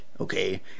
okay